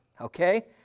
okay